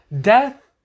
Death